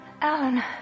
Alan